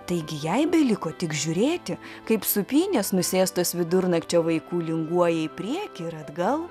taigi jai beliko tik žiūrėti kaip sūpynės nusėstos vidurnakčio vaikų linguoja į priekį ir atgal